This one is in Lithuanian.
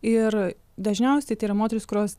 ir dažniausiai tai yra moterys kurios